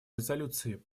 резолюции